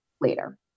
later